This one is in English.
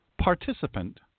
participant